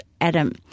Adam